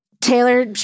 Taylor